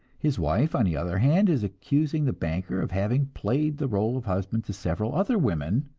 his wife, on the other hand, is accusing the banker of having played the role of husband to several other women.